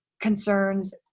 concerns